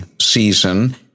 season